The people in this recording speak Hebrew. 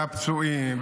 הפצועים,